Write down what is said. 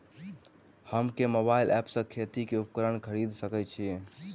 हम केँ mobile app सँ खेती केँ उपकरण खरीदै सकैत छी?